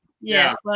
Yes